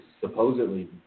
supposedly